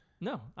No